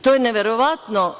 To je neverovatno.